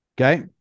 Okay